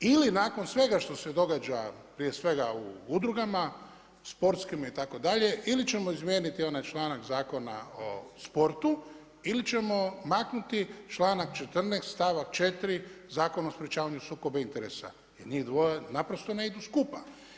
Ili nakon svega što se događa prije svega u udrugama, sportskima itd., ili ćemo izmijeniti onaj članak Zakona o sportu ili ćemo maknuti članak 14., stavak 4. Zakona o sprječavanju sukoba interesa jer njih dvoje naprosto ne idu skupa.